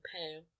pale